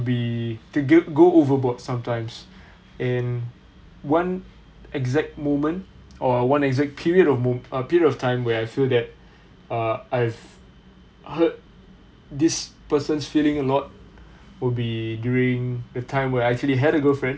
be to g~ go overboard sometimes in one exact moment or one exact period of mo~ a period of time where I feel that uh I've hurt this person's feeling a lot will be during the time where I actually had a girlfriend